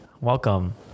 welcome